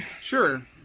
sure